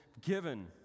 given